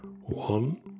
One